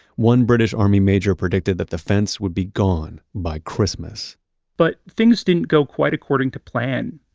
one british army major predicted that the fence would be gone by christmas but things didn't go quite according to plan.